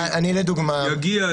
יגיע,